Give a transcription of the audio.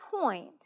point